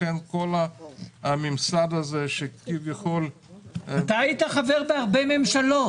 לכן כל הממסד הזה שכביכול --- אתה היית חבר בהרבה ממשלות.